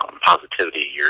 positivity